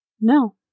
No